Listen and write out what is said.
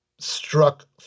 struck